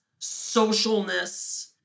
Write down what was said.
socialness